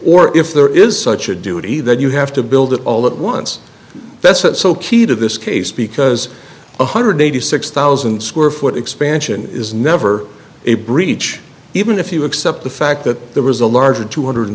or if there is such a duty that you have to build it all at once that's it so key to this case because one hundred eighty six thousand square foot expansion is never a breach even if you accept the fact that there was a larger two hundred